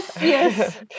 yes